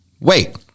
wait